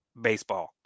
baseball